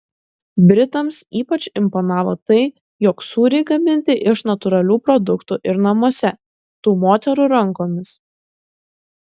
britams ypač imponavo tai jog sūriai gaminti iš natūralių produktų ir namuose tų moterų rankomis